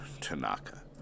Tanaka